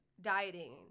dieting